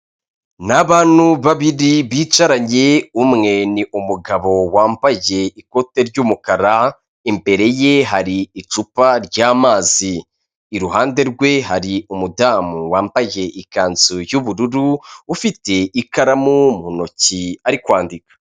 Ni abantu babiri bicaranye umwe ni umugabo wambaye ikote ry'umukara imbere ye hari icupa ry'amazi, iruhande rwe hari umudamu wambaye ikanzu y'ubururu ufite ikaramu mu ntoki ari kwandika.